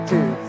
Two